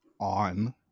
on